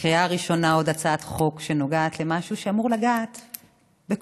לקריאה ראשונה עוד הצעת חוק שנוגעת למשהו שאמור לגעת בכולנו.